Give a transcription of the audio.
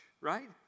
right